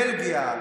בלגיה,